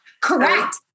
Correct